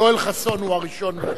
יואל חסון הוא הראשון מקדימה.